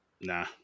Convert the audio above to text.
Nah